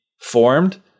formed